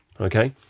Okay